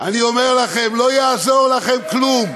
אני אומר לכם: לא יעזור לכם כלום,